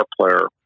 player